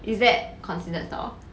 is that considered tall